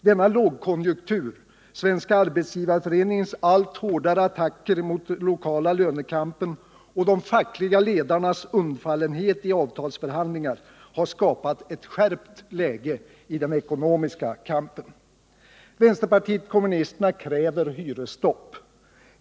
Denna lågkonjunktur, Svenska arbetsgivareföreningens allt hårdare attacker mot lokal lönekamp och de fackliga ledningarnas undfallenhet i avtalsförhandlingar har skapat ett skärpt läge i den ekonomiska kampen. Vänsterpartiet kommunisterna kräver hyresstopp.